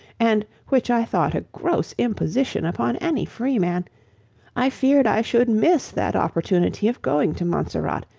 and which i thought a gross imposition upon any freeman, i feared i should and miss that opportunity of going to montserrat,